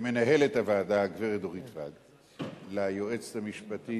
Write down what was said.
למנהלת הוועדה הגברת דורית ואג, ליועצת המשפטית